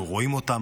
אנחנו רואים אותן,